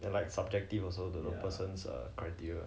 then like subjective also don't know persons err criteria